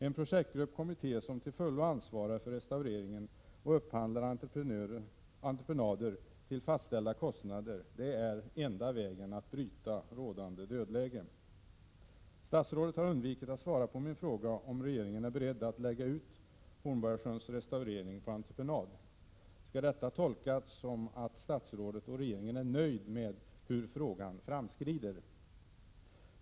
En projektgrupp eller kommitté som till fullo ansvarar för restaureringen av Hornborgasjön och upphandlar entreprenader till fastställda kostnader är den enda vägen att bryta rådande dödläge. Statsrådet har undvikit att svara på min fråga om regeringen är beredd att lägga ut Hornborgasjöns restaurering på entreprenad. Skall detta tolkas så att statsrådet och regeringen är nöjda med hur frågan framskrider?